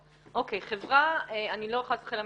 אוקיי, חברה, אני לא חס וחלילה